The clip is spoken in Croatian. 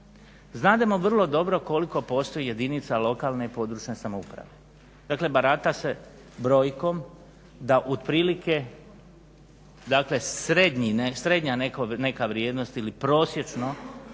znademo vrlo dobro koliko postoji jedinica lokalne i područne samouprave dakle barata se brojkom da otprilike srednja neka vrijednost ili prosječno